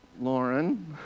Lauren